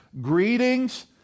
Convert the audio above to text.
greetings